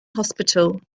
hospital